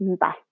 Bye